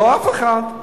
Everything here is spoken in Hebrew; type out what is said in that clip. לא אף אחד.